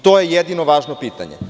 To je jedino važno pitanje.